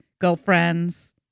girlfriends